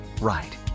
right